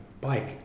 bike